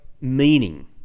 meaning